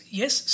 yes